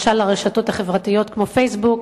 לרשתות החברתיות כמו "פייסבוק",